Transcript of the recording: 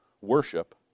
worship